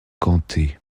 gantée